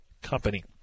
company